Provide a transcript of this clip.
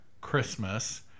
Christmas